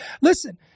Listen